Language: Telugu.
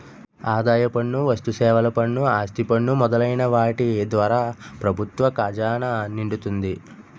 ఆదాయ పన్ను వస్తుసేవల పన్ను ఆస్తి పన్ను మొదలైన వాటి ద్వారా ప్రభుత్వ ఖజానా నిండుతుంది